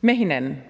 med hinanden.